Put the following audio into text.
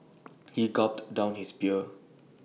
he gulped down his beer